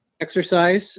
exercise